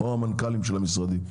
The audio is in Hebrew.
או המנכ"לים של המשרדים.